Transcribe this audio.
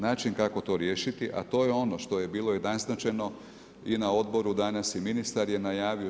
Način kako to riješiti a to je ono što je bilo i naznačeno i na odboru danas i ministar je najavio.